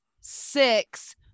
six